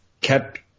kept